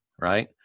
Right